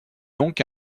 donc